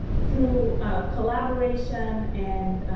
through collaboration and